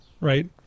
right